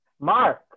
Mark